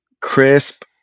crisp